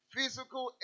Physical